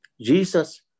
Jesus